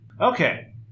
Okay